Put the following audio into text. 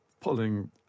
pulling